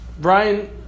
Brian